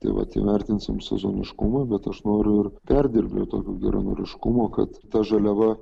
tai vat įvertinsim sezoniškumą bet aš noriu ir perdirbėjų tokio geranoriškumo kad ta žaliava